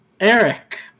Eric